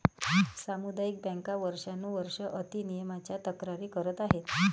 सामुदायिक बँका वर्षानुवर्षे अति नियमनाच्या तक्रारी करत आहेत